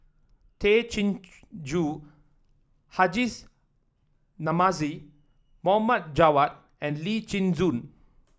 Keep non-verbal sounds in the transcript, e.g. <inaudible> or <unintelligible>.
Tay Chin <unintelligible> Joo Hajis Namazie Mohd Javad and Lee Chin Koon